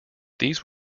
these